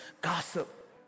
gossip